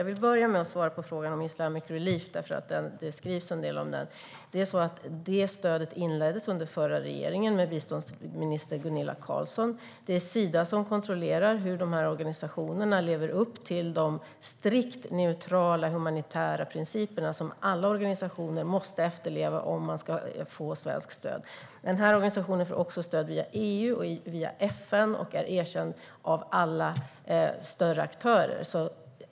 Jag vill börja med att svara på frågan om Islamic Relief eftersom det skrivs en del om den. Detta stöd inleddes under den förra regeringens tid, av biståndsminister Gunilla Carlsson. Det är Sida som kontrollerar hur dessa organisationer lever upp till de strikt neutrala humanitära principer som alla organisationer måste efterleva om de ska få svenskt stöd. Denna organisation får också stöd via EU och via FN och är erkänd av alla större aktörer.